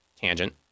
tangent